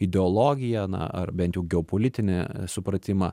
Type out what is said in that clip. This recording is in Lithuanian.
ideologiją na ar bent jau geopolitinį supratimą